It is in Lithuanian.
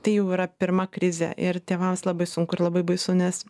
tai jau yra pirma krizė ir tėvams labai sunku ir labai baisu nes